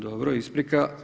Dobro, isprika.